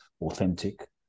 authentic